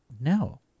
No